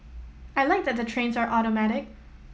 I like that the trains are automatic